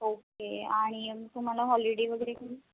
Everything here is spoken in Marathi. ओके आणि तुम्हाला हॉलिडे वगैरे कधी